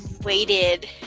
waited